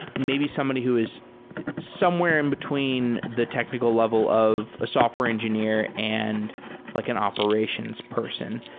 maybe somebody who is somewhere in between the technical level of a software engineer and like an operations person.